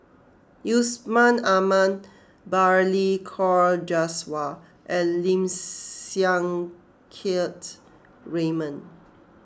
Yusman Aman Balli Kaur Jaswal and Lim Siang Keat Raymond